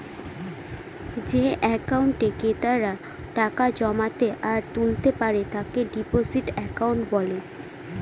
যে একাউন্টে ক্রেতারা টাকা জমাতে আর তুলতে পারে তাকে ডিপোজিট একাউন্ট বলে